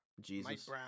Jesus